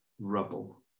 rubble